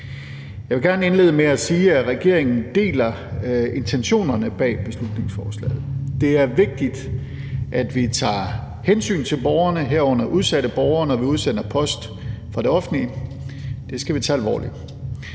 Jeg vil gerne indlede med at sige, at regeringen deler intentionerne bag beslutningsforslaget. Det er vigtigt, at vi tager hensyn til borgerne, herunder udsatte borgere, når vi udsender post fra det offentlige. Det skal vi tage alvorligt.